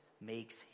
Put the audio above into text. makes